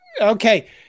Okay